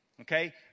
Okay